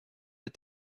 est